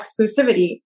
exclusivity